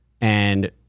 and-